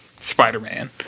Spider-Man